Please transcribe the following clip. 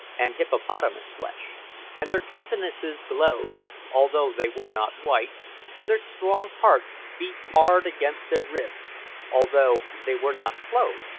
and hippopotamus-flesh and their countenances glowed although they were not white and their strong hearts beat hard against their ribs although they were not clothed,